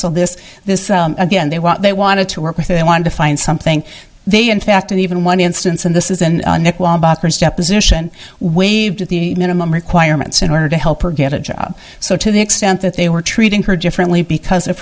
so this this again they want they want to work with they want to find something they in fact even one instance and this is in deposition waved at the minimum requirements in order to help her get a job so to the extent that they were treating her differently because of